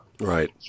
Right